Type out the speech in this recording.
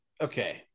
okay